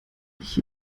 ich